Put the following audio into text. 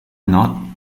not